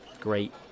great